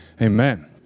Amen